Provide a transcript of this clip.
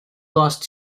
lost